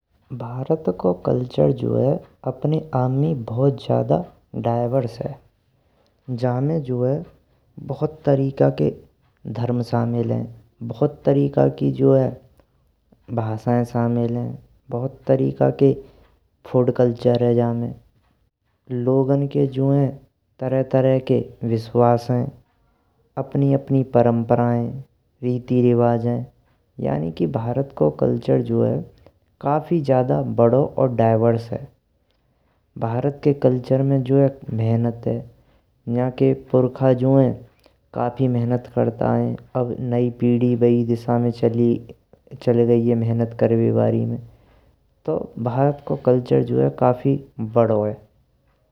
भारत को कल्चर जो है अपने आप में बहुत ज्यादा डाइवर्स है। जम्मे जो है बहुत तरीकन के धर्म शामिल हैं बहुत तरीकन की जो हैं भाषाएँ शामिल हैं। बहुत तरीका के फूड कल्चर हैं जम्मे लोगों के जो हैं तरह तरह न के विश्वास हैं अपनी अपनी परंपराएँ हैं रिति रिवाज हैं। यानि की भारत को कल्चर काफी ज्यादा बडो और डाइवर्स है, भारत को कल्चर में जो है मेहनत है न्जा के पूर्वज जो हैं काफी मेहनत करत आए हैं। अब नई पीढ़ी बाई दिशा में चल गई है मेहनत करवे बाई में तो भारत को कल्चर काफी बड़ों है।